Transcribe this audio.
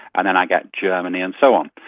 and then i get germany and so on.